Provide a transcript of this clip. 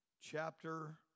chapter